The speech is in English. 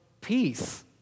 peace